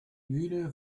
mühle